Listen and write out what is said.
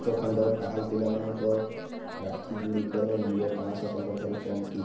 ଏକ ଖଣ୍ଡ ପାହାଲ୍ ପିଲାମାନଙ୍କ ରାକ୍ଷୀ ଗୁଡ଼ିକର ମୂଲ୍ୟ ପାଞ୍ଚଶହ ଟଙ୍କା ଠାରୁ କମ୍ କି